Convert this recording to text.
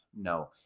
No